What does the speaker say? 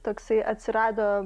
toksai atsirado